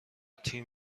تیم